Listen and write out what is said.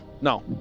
No